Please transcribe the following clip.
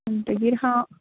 म्हणटगीर हांव